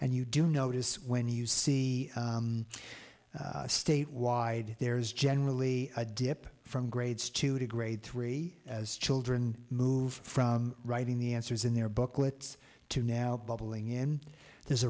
and you do notice when you see statewide there's generally a dip from grades two to grade three as children move from writing the answers in their booklets to now bubbling in